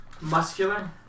muscular